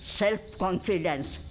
self-confidence